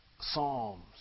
psalms